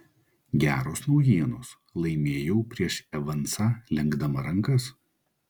geros naujienos laimėjau prieš evansą lenkdama rankas